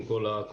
עם כל הקורונה,